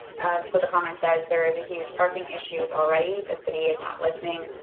so the comment says there is a huge parking issues already. the city is not listening.